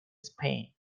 spain